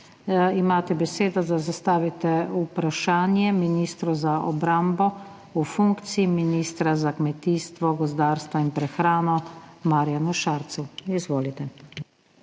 Imate besedo, da zastavite vprašanje ministru za obrambo v funkciji ministra za kmetijstvo, gozdarstvo in prehrano Marjanu Šarcu. Izvolite.